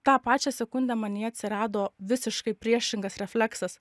tą pačią sekundę manyje atsirado visiškai priešingas refleksas